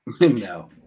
No